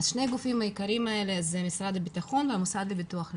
שני הגופים העיקריים האלה זה משרד הביטחון והמוסד לביטוח לאומי.